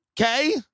Okay